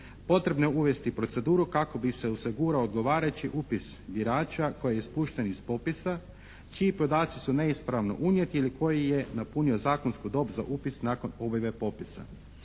Potrebno je uvesti proceduru kako bi se osigurao odgovarajući upis birača koji je ispušten iz popisa, čiji podaci su neispravno unijeti ili koji je napunio zakonsku dob za upis nakon …/Govornik